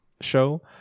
show